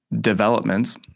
developments